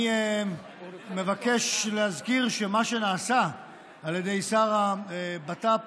אני מבקש להזכיר שמה שנעשה על ידי שר הבט"פ